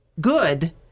good